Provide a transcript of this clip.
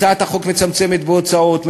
הצעת החוק מצמצמת בהוצאות,